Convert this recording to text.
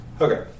okay